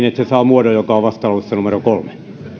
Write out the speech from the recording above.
että pykälä saa sen muodon kuin on vastalauseessa kolme